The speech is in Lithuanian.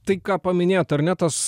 tai ką paminėjot ar ne tas